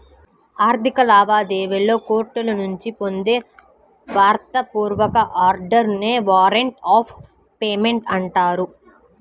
ఆర్థిక లావాదేవీలలో కోర్టుల నుంచి పొందే వ్రాత పూర్వక ఆర్డర్ నే వారెంట్ ఆఫ్ పేమెంట్ అంటారు